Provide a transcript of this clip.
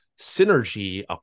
synergy